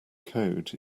code